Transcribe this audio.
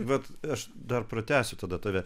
vat aš dar pratęsiu tada tave